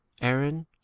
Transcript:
Aaron